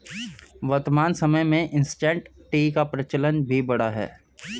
वर्तमान समय में इंसटैंट टी का प्रचलन भी बढ़ा है